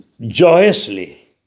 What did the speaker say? joyously